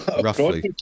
Roughly